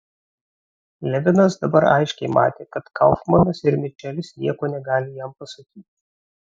levinas dabar aiškiai matė kad kaufmanas ir mičelis nieko negali jam pasakyti